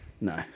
No